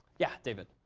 yeah, david?